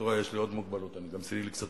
את רואה, יש לי עוד מוגבלות, אני גם סנילי קצת.